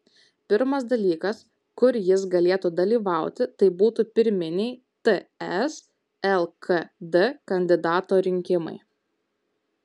pirmas dalykas kur jis galėtų dalyvauti tai būtų pirminiai ts lkd kandidato rinkimai